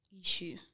issue